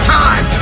time